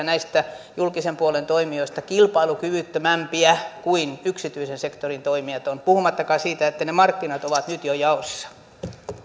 näistä julkisen puolen toimijoista jo kuusi prosenttiyksikköä kilpailukyvyttömämpiä kuin yksityisen sektorin toimijat ovat puhumattakaan siitä että ne markkinat ovat nyt jo jaossa